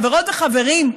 חברות וחברים,